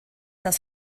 das